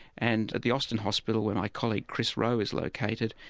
and at the austin hospital where my colleague chris rowe is located,